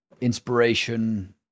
inspiration